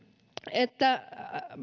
että